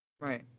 Right